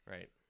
Right